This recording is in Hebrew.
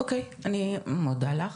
אוקיי, אני מודה לך.